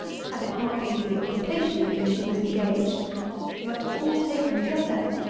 had it not been for the occupation in which she was engaged but, all taken together,